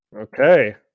Okay